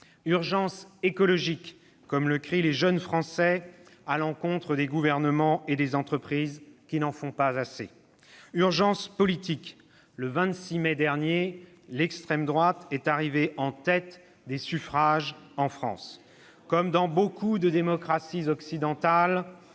Urgence écologique, comme le crient les jeunes Français à l'encontre des gouvernements et des entreprises qui n'en font pas assez. « Urgence politique : le 26 mai, l'extrême droite est arrivée en tête des suffrages en France. » Ce n'est pas un hasard !« Comme dans beaucoup de démocraties occidentales,